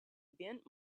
event